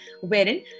wherein